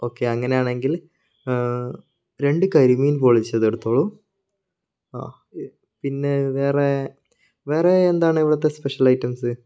okay അങ്ങനെ ആണെങ്കിൽ രണ്ട് കരിമീൻ പൊള്ളിച്ചത് എടുത്തോളൂ ആ പിന്നെ വേറെ വേറെ എന്താണ് ഇവിടുത്തെ സ്പെഷ്യൽ ഐറ്റംസ്